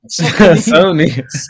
Sony